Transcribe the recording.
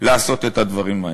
לעשות את הדברים האלה.